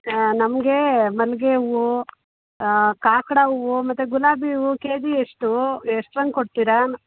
ಹಾಂ ನಮಗೆ ಮಲ್ಲಿಗೆ ಹೂವು ಕಾಕಡಾ ಹೂವು ಮತ್ತು ಗುಲಾಬಿ ಹೂವು ಕೆಜಿ ಎಷ್ಟು ಎಷ್ಟ್ರ ಹಂಗ್ ಕೊಡ್ತೀರಾ